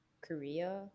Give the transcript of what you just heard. Korea